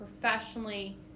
professionally